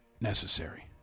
necessary